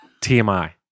TMI